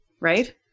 Right